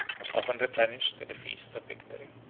was often replenished in the feasts of victory.